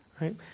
right